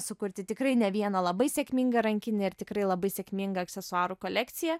sukurti tikrai ne vieną labai sėkminga rankinę ir tikrai labai sėkmingą aksesuarų kolekciją